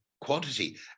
quantity